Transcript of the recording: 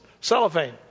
cellophane